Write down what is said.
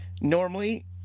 Normally